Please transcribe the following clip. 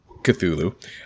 cthulhu